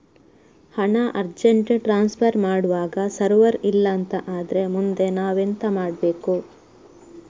ಹಣ urgent transfer ಮಾಡ್ವಾಗ server ಇಲ್ಲಾಂತ ಆದ್ರೆ ಮುಂದೆ ನಾವೆಂತ ಮಾಡ್ಬೇಕು?